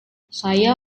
saya